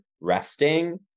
resting